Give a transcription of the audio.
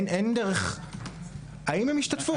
האם השתתפו?